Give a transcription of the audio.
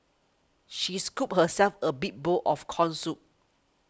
she scooped herself a big bowl of Corn Soup